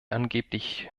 angeblich